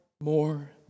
more